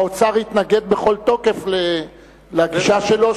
והאוצר התנגד בכל תוקף לגישה שלו,